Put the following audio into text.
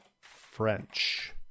French